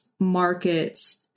markets